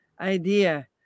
idea